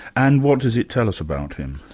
and what does it tell us about him?